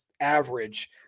average